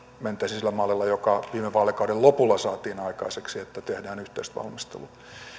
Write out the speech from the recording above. mentäisiin sillä mallilla joka viime vaalikauden lopulla saatiin aikaiseksi että tehdään yhteisvalmistelu